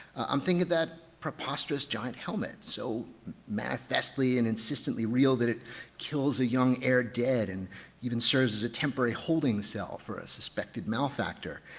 i'm thinking that preposterous giant helmet so mad fastly and insistently real that it kills a young heir dead and even serves as a temporary holding cell for a suspected malfactor.